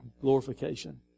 Glorification